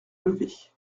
lever